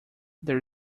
there